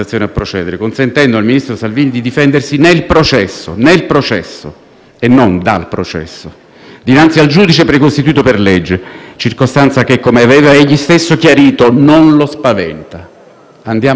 dinanzi al giudice precostituito per legge, circostanza che, come aveva egli stesso chiarito, non lo spaventa. Andiamo avanti dunque.